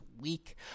week